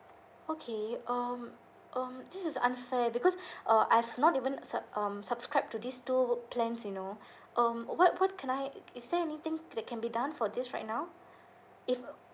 okay um um this is unfair because uh I've not even sub~ um subscribed to these two plans you know um what what can I is there anything that can be done for this right now if